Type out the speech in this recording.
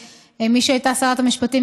מי שהייתה אז שרת המשפטים,